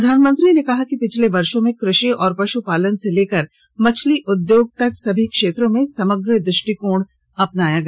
प्रधानमंत्री ने कहा कि पिछले वर्षो में कृषि और पशुपालन से लेकर मछली उद्योग तक सभी क्षेत्रों में समग्र दृष्टिकोण अपनाया गया